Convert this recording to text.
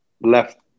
left